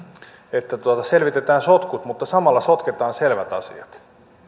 että selvitetään sotkut mutta samalla sotketaan selvät asiat